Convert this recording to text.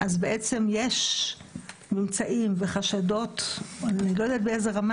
בעצם יש ממצאים וחשדות אני לא יודעת באיזה רמה,